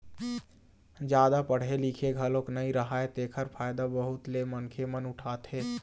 जादा पड़हे लिखे घलोक नइ राहय तेखर फायदा बहुत ले मनखे मन उठाथे